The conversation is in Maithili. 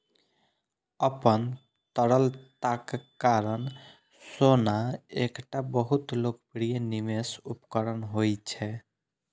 अपन तरलताक कारण सोना एकटा बहुत लोकप्रिय निवेश उपकरण होइ छै